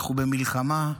אנחנו במלחמה.